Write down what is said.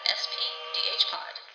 spdhpod